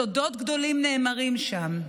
סודות גדולים נאמרים שם.